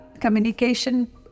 communication